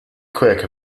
quick